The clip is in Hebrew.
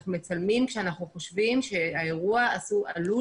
אנחנו מצלמים כשאנחנו חושבים שהאירוע עלול